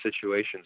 situations